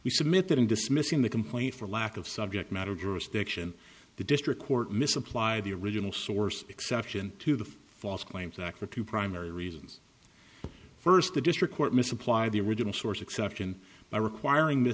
we submit that in dismissing the complaint for lack of subject matter jurisdiction the district court misapplied the original source exception to the false claims act for two primary reasons first the district court misapplied the original source exception by requiring